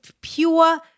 pure